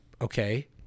okay